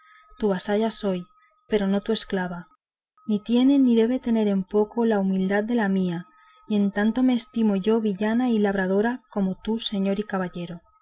tu vasalla soy pero no tu esclava ni tiene ni debe tener imperio la nobleza de tu sangre para deshonrar y tener en poco la humildad de la mía y en tanto me estimo yo villana y labradora como tú señor y caballero